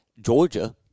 Georgia